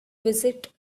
visit